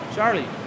Charlie